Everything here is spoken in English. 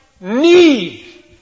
need